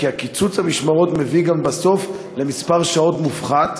כי קיצוץ המשמרות מביא בסוף גם למספר שעות מופחת,